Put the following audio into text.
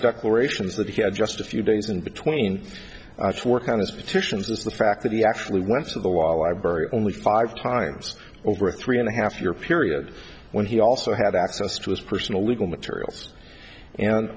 declarations that he had just a few days in between four counties petitions is the fact that he actually went to the law library only five times over a three and a half year period when he also had access to his personal legal materials and